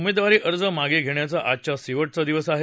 उमेदवारी अर्ज मागे घेण्याचा आजचा शेवटचा दिवस आहे